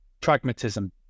Pragmatism